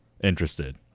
interested